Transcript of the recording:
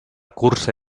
cursa